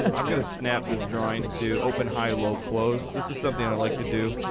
and i'm going to snap this drawing to open high-low close. this is something i like to do.